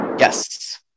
Yes